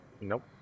nope